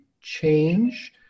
change